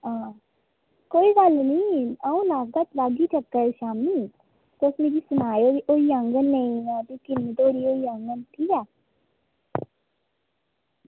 आं कोई गल्ल निं अंऊ लाह्गी चक्कर शामीं ते तुस मिगी सनायो की होई जाङन जा नेईं भी किन्ने धोड़ी होई जाङन ठीक ऐ